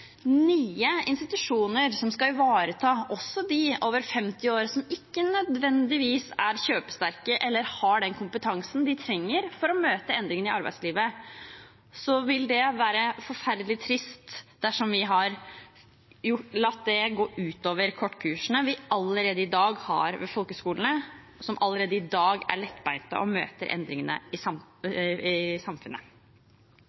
nye institusjoner som skal ivareta også de over 50 år som ikke nødvendigvis er kjøpesterke eller har den kompetansen de trenger for å møte endringene i arbeidslivet, vil det være forferdelig trist dersom vi har latt det gå ut over kortkursene vi allerede i dag har ved folkehøgskolene, og som allerede i dag er lettbeinte og møter endringene i